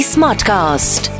Smartcast